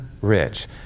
rich